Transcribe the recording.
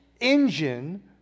engine